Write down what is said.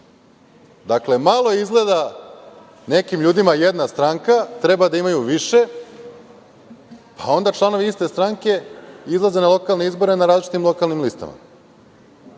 SNS.Dakle, malo izgleda nekim ljudima jedna stranka, treba da imaju više, pa onda članovi iste stranke izlaze na lokalne izbore na različitim lokalnim listama